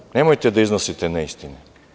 Dalje, nemojte da iznosite neistine.